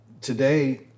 today